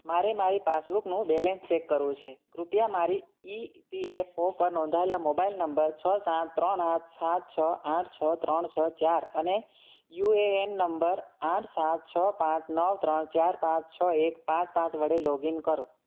મારે મારી પાસબુકનું બેલેન્સ ચેક કરવું છે કૃપયા મારી ઇ પી એફ ઓ પર નોંધાયેલા મોબાઈલ નંબર છ સાત ત્રણ આઠ સાત છ આઠ છ ત્રણ છ ચાર અને યુ એ એન નંબર આઠ સાત છ પાંચ નવ ત્રણ ચાર પાંચ છ એક પાંચ પાંચ વડે લોગઇન કરો